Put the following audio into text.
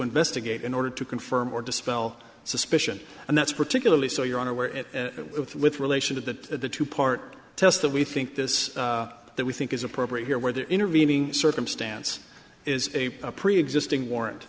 investigate in order to confirm or dispel suspicion and that's particularly so you're unaware it with relation to that of the two part test that we think this that we think is appropriate here where there intervening circumstance is a preexisting warrant